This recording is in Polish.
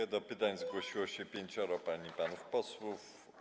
Do zadania pytań zgłosiło się pięcioro pań i panów posłów.